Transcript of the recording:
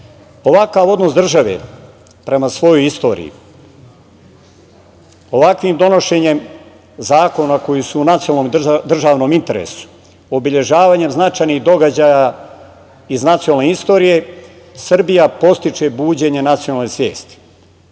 odnos države prema svojoj istoriji, ovakvim donošenjem zakona koji su nacionalnom i državnom interesu, obeležavanjem značajnih događaja iz nacionalne istorije Srbija podstiče buđenje nacionalne svesti.